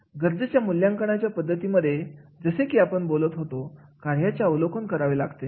गरजेच्या मूल्यांकनाच्या पद्धतीमध्ये जसे की आपण बोलत होतो कार्याचे अवलोकन करावे लागते